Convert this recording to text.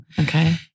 Okay